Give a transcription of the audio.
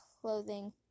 clothing